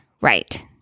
Right